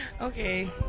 Okay